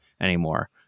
anymore